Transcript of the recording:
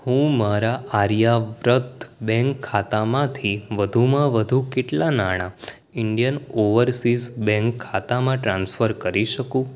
હું મારા આર્યાવ્રત બેંક ખાતામાંથી વધુમાં વધુ કેટલાં નાણા ઇન્ડિયન ઓવરસીઝ બેંક ખાતામાં ટ્રાન્સફર કરી શકું